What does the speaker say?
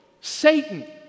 Satan